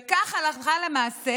וכך הלכה למעשה